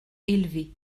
élevées